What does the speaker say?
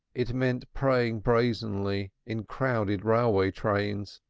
it meant praying brazenly in crowded railway trains,